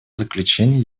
заключения